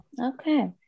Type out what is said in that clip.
Okay